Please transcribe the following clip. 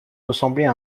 ressembler